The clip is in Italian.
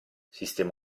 sistema